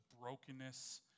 brokenness